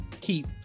keep